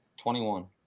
21